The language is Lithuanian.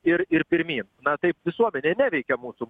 ir ir pirmyn na taip visuomenė neveikia mūsų